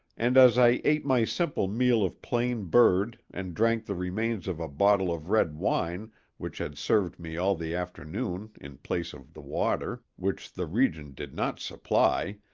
and as i ate my simple meal of plain bird and drank the remains of a bottle of red wine which had served me all the afternoon in place of the water, which the region did not supply,